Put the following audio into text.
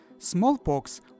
Smallpox